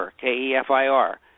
K-E-F-I-R